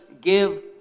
give